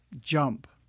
jump